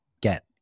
get